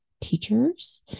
teachers